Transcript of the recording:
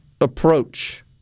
approach